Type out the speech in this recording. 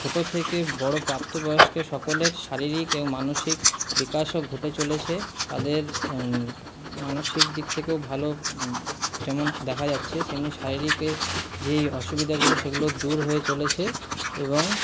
ছোটো থেকে বড়ো প্রাপ্তবয়স্ক সকলের শারীরিক এবং মানসিক বিকাশও ঘটে চলেছে তাদের মানসিক দিক থেকেও ভালো যেমন দেখা যাচ্ছে সেমনি শারীরিকের যেই অসুবিধাগুলো সেগুলোও দূর হয়ে চলেছে এবং